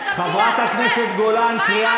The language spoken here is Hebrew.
(חבר הכנסת יוסף טייב יוצא מאולם המליאה.) מה הקשר לדיון?